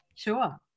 Sure